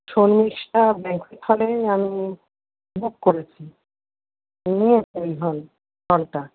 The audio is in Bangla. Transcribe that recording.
শর্মিষ্ঠা ম্যারেজ হলে আমি বুক করেছি হলটা